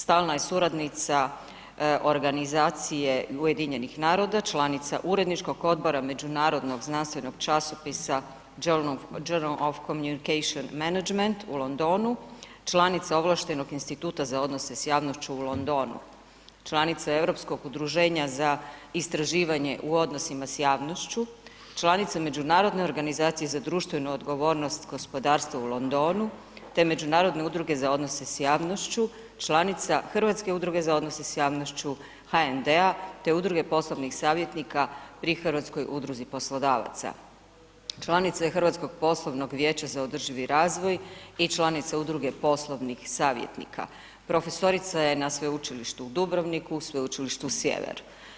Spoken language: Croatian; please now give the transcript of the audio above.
Stalna je suradnica organizacije UN-a, članica uredničkog odbora međunarodnog znanstvenog časopisa Journal of Communication Management u Londonu, članica ovlaštenog Instituta za odnose s javnošću u Londonu, članica Europskog udruženja za istraživanje u odnosima s javnošću, članica Međunarodne organizacije za društvenu odgovornost, gospodarstvo u Londonu te Međunarodne udruge za odnose s javnošću, članica Hrvatske udruge za odnose s javnošću HND-a te Udruge poslovnih savjetnika pri Hrvatskoj udruzi poslodavaca, članica je Hrvatskog poslovnog vijeća za održivi razvoj i članica Udruge poslovnih savjetnika, profesorica je na Sveučilištu u Dubrovniku, Sveučilištu Sjever.